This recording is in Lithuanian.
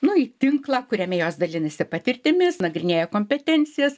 nu į tinklą kuriame jos dalinasi patirtimis nagrinėja kompetencijas